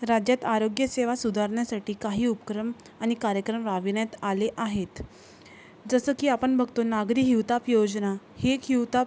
राज्यात आरोग्य सेवा सुधारण्यासाठी काही उपक्रम आणि कार्यक्रम राबविण्यात आले आहेत जसं की आपण बघतो नागरी हिवताप योजना ही एक हिवताप